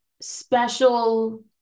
special